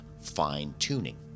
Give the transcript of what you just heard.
fine-tuning